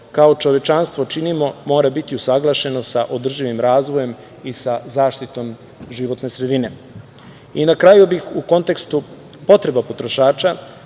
kao čovečanstvo činimo mora biti usaglašeno sa održivim razvojem i sa zaštitom životne sredine. Na kraju bih u kontekstu potreba potrošača